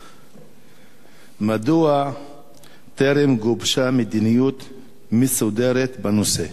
1. מדוע טרם גובשה מדיניות מסודרת בנושא?